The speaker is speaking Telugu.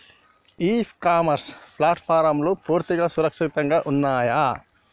ఇ కామర్స్ ప్లాట్ఫారమ్లు పూర్తిగా సురక్షితంగా ఉన్నయా?